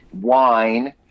wine